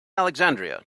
alexandria